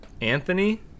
Anthony